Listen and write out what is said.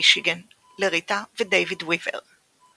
מישיגן לריטה ודייוויד ויבר.